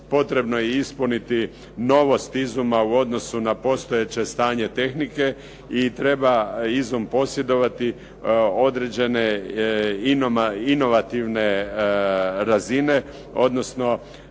potrebno je ispuniti novost izuma u odnosu na postojeće stanje tehnike i treba izum posjedovati određene inovativne razine odnosno